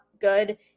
good